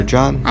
John